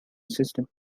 system